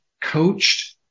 coached